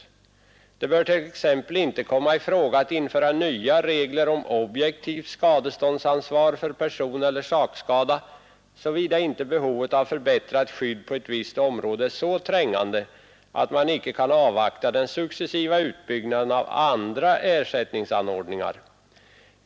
Det bör t.ex. inte komma i fråga att införa nya regler om objektivt skadeståndsansvar för personeller sakskada, såvida inte behovet av förbättrat skydd på ett visst område är så trängande, att man inte kan avvakta den successiva utbyggnaden av andra ersättningsanordningar.